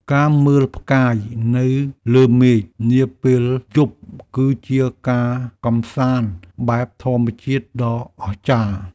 ការមើលផ្កាយនៅលើមេឃនាពេលយប់ គឺជាការកម្សាន្តបែបធម្មជាតិដ៏អស្ចារ្យ។